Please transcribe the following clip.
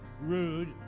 rude